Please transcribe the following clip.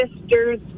sister's